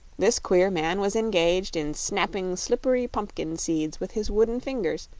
this queer man was engaged in snapping slippery pumpkin-seeds with his wooden fingers,